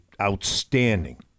outstanding